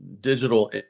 digital